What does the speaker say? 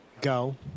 Go